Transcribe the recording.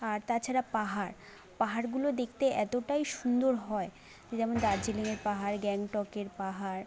আর তাছাড়া পাহাড় পাহাড়গুলো দেখতে এতোটাই সুন্দর হয় যেমন দার্জিলিংয়ের পাহাড় গ্যাংটকের পাহাড়